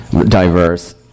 diverse